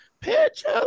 picture